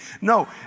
No